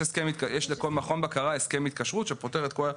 יש לכל מכון בקרה הסכם התקשרות שפותר את כל זה,